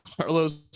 Carlos